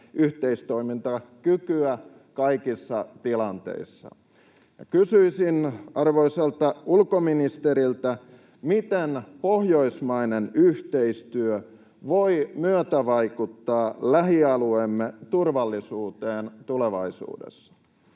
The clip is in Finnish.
yhteistoimintakykyä kaikissa tilanteissa. Kysyisin arvoisalta ulkoministeriltä: miten pohjoismainen yhteistyö voi myötävaikuttaa lähialueemme turvallisuuteen tulevaisuudessa?